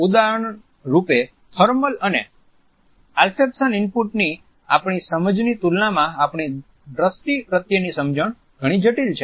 ઉદાહરણરૂપે thermal અને olfaction ઇનપુટની આપણી સમજ ની તુલનામાં આપણી દ્રષ્ટિ પ્રત્યેની સમજણ ઘણી જટિલ છે